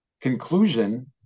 conclusion